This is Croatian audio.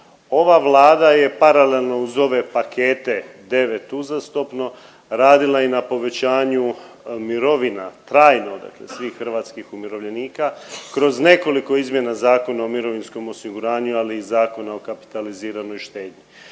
Ova Vlada je paralelno uz ove pakete 9 uzastopno radila i na povećanju mirovina trajno dakle svih hrvatskih umirovljenika kroz nekoliko izmjena Zakona o mirovinskom osiguranju, ali i Zakona o kapitaliziranoj štednji